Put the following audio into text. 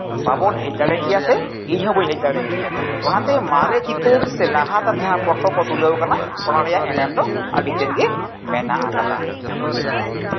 ᱵᱟᱵᱚᱱ ᱦᱮᱡ ᱫᱟᱲᱮᱭᱟᱜ ᱠᱮᱭᱟ ᱥᱮ ᱤᱧ ᱦᱚᱸ ᱵᱟᱹᱧ ᱦᱮᱡ ᱫᱟᱲᱮ ᱠᱮᱭᱟ ᱚᱱᱟᱛᱮ ᱢᱟᱨᱮ ᱪᱤᱛᱟᱹᱨ ᱥᱮ ᱞᱟᱦᱟᱛᱮ ᱡᱟᱦᱟᱸ ᱯᱷᱳᱴᱳ ᱠᱚ ᱛᱩᱞᱟᱹᱣ ᱠᱟᱱᱟ ᱤᱱᱟ ᱨᱮᱭᱟᱜ ᱮᱱᱮᱢ ᱫᱚ ᱟᱹᱰᱤ ᱛᱮᱜ ᱜᱮ ᱢᱮᱱᱟᱜ ᱠᱟᱫᱟ